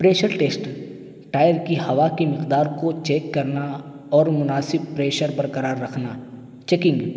pressure test tyre کی ہوا کی مقدار کو چیک کرنا اور مناسب پریشر برقرار رکھنا چیکنگ